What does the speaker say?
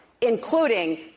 including